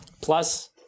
Plus